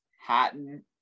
Hatton